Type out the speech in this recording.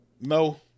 No